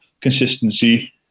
consistency